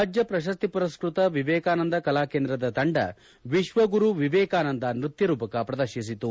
ರಾಧ್ಯ ಪ್ರಶಸ್ತಿ ಪುರಸ್ನತ ವಿವೇಕಾನಂದ ಕಲಾ ಕೇಂದ್ರದ ತಂಡ ವಿಶ್ವ ಗುರು ವಿವೇಕಾನಂದ ಸೃತ್ಯ ರೂಪಕ ಪ್ರದರ್ತಿಸಿತು